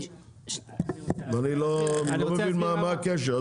אני לא מבין מה הקשר,